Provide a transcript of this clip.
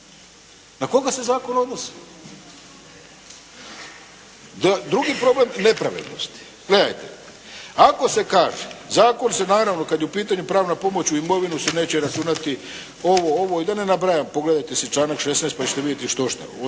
Na koga se zakon odnosi? Drugi problemi je nepravednost. Gledajte! Ako se kaže zakon se naravno kad je u pitanju pravna pomoć, u imovinu se neće računati ovo, ovo i da ne nabrajam, pogledajte si članak 16. pa ćete vidjeti štošta,